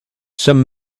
some